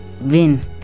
win